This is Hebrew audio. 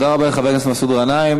תודה רבה לחבר הכנסת מסעוד גנאים.